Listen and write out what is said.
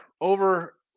Over